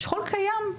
שכול קיים.